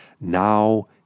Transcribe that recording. Now